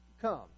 come